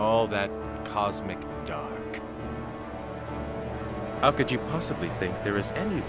all that cosmic joke how could you possibly think there is a